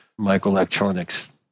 microelectronics